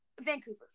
Vancouver